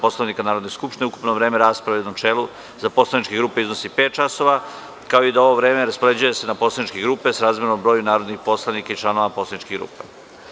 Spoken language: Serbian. Poslovnika Narodne skupštine, da ukupno vreme rasprave u načelu za poslaničke grupe iznosi pet časova, kao i da ovo vreme raspoređuje se na poslaničke grupe, srazmerno broju narodnih poslanika i članova poslaničkih grupa.